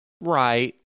Right